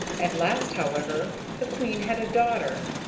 at last, however, the queen had a daughter.